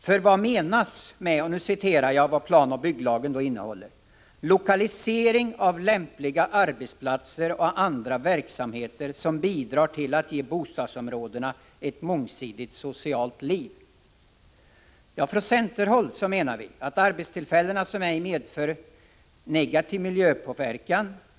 För vad menas med — och nu citerar jag ur planoch byggnadslagen — ”lokalisering av lämpliga arbetsplatser och andra verksamheter som bidrar till att ge bostadsområdena ett mångsidigt socialt liv”? Ja, från centerhåll menar vi arbetstillfällen som inte medför negativ miljöpåverkan.